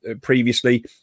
previously